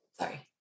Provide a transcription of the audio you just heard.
Sorry